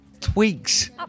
Tweaks